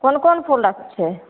कोन कोन फूल रखय छै